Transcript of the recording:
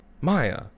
Maya